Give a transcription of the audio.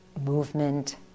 movement